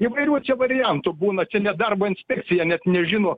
įvairių čia variantų būna čia net darbo inspekcija net nežino